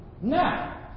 Now